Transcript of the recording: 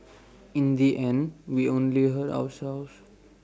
in the end we only hurt ourselves